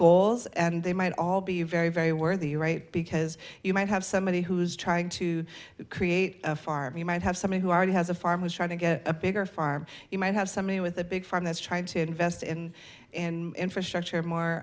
goals and they might all be very very worthy right because you might have somebody who's trying to create a farm you might have somebody who are who has a farm was trying to get a bigger farm you might have somebody with a big farm that's trying to invest in and infrastructure more